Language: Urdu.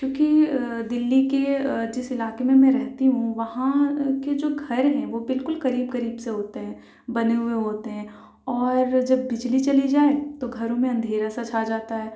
کیونکہ دلی کے جس علاقے میں میں رہتی ہوں وہاں کے جو گھر ہیں وہ بالکل قریب قریب سے ہوتے ہیں بنے ہوئے ہوتے ہیں اور جب بجلی چلی جائے تو گھروں میں اندھیرا سا چھا جاتا ہے